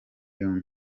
yombi